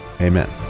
Amen